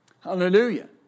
Hallelujah